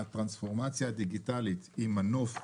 הטרנספורמציה הדיגיטאלית היא מנוף,